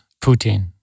Putin